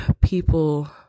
people